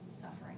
suffering